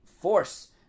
force